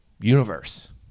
universe